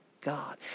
God